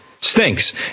stinks